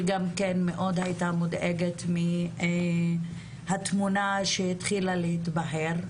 שגם כן מאוד הייתה מודאגת מהתמונה שהתחילה להתבהר.